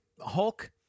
Hulk